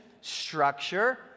structure